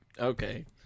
Okay